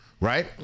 Right